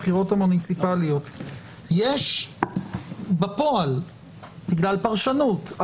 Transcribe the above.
ההתנהלות בבחירות מקומיות אז זה מעיד על משמעות החוק.